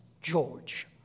George